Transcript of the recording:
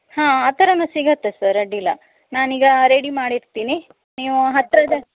ಹಾಂ ಆ ಥರಹನು ಸಿಗುತ್ತೆ ಸರ್ ಅಡ್ಡಿಯಿಲ್ಲ ನಾನೀಗ ರೆಡಿ ಮಾಡಿಡ್ತೀನಿ ನೀವು ಹತ್ರ ಇದ್ದಾಗ